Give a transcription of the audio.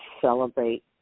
celebrate